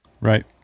right